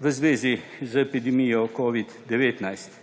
V zvezi z epidemijo covida-19.